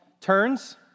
turns